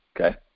okay